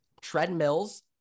treadmills